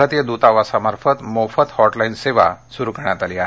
भारतीय द्रतावासामार्फत मोफत हॉटलाईन सेवा स्रु करण्यात आली आहे